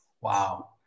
Wow